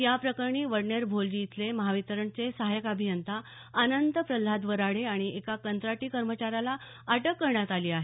या प्रकरणी वडनेर भोलजी इथले महावितरणचे सहायक अभियंता अनंत प्रल्हाद वराडे आणि एका कंत्राटी कर्मचाऱ्याला अटक करण्यात आली आहे